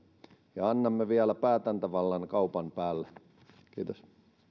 ja annamme vielä päätäntävallan kaupan päälle kiitos